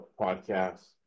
podcast